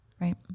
Right